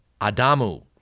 Adamu